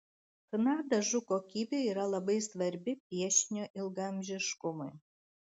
chna dažų kokybė yra labai svarbi piešinio ilgaamžiškumui